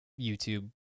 YouTube